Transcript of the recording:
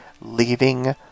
Leaving